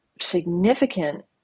significant